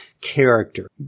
character